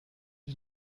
mit